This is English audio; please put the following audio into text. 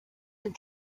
and